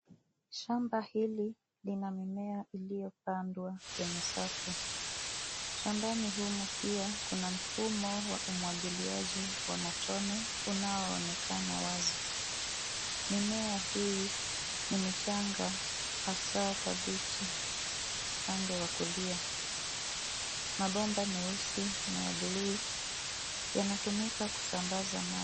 Shamba hili lina mimea iliyopandwa kwenye safu. Shambani humu pia kuna mfumo wa umwagiliaji wa matone unaoonekana wazi. Mimea hii ni michanga hasa kabichi upande wa kulia. Mabomba meusi na ya buluu yanatumika kusambaza maji.